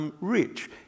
rich